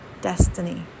destiny